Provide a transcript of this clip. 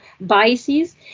biases